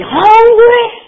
hungry